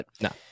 No